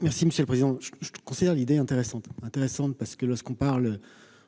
monsieur le président je considère l'idée intéressante hein intéressante parce que lorsqu'on parle